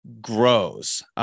grows